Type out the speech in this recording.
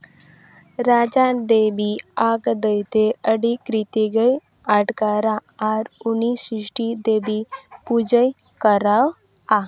ᱨᱟᱡᱟ ᱫᱮᱵᱤᱣᱟᱜ ᱫᱟᱹᱭᱛᱮ ᱟᱹᱰᱤ ᱠᱨᱤᱛᱤ ᱜᱮᱭ ᱟᱴᱠᱟᱨᱟ ᱟᱨ ᱩᱱᱤ ᱥᱤᱥᱴᱤ ᱫᱮᱵᱤ ᱯᱩᱡᱟᱹᱭ ᱠᱟᱨᱟᱣᱼᱟ